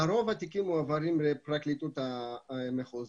לרוב התיקים מועברים לפרקליטות המחוזית.